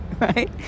Right